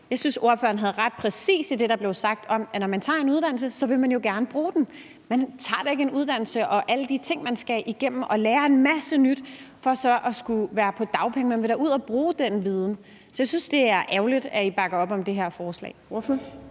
Jeg synes, ordføreren lige præcis havde ret i det, der blev sagt om, at når man tager en uddannelse, vil man jo gerne bruge den. Man tager da ikke en uddannelse og gør alle de ting, man skal igennem, og lærer en masse nyt for så at skulle være på dagpenge. Man vil da ud at bruge den viden. Så jeg synes, det er ærgerligt, at I bakker op om det her forslag.